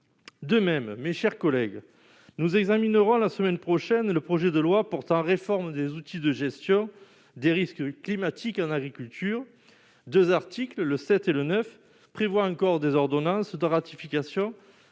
de même mes chers collègues, nous examinerons la semaine prochaine, le projet de loi portant réforme des outils de gestion des risques climatiques en agriculture, 2 articles, le 7 et le 9 prévoit encore des ordonnances de ratification